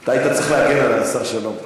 אתה היית צריך להגן עלי, השר שלום.